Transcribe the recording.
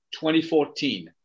2014